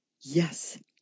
yes